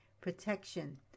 protection